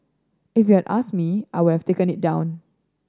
if you had asked me I would have taken it down